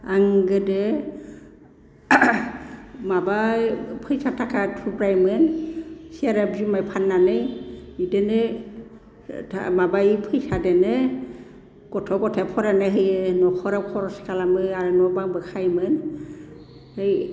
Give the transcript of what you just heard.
आं गोदो माबा फैसा थाखा थुब्रायोमोन सेरेफ जुमाइ फाननानै इदिनो माबा इ फैसादोनो गथ' गथाय फरायनो होयो न'खराव खरस खालामो आरो न' बांबो खायोमोन ओइ